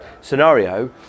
scenario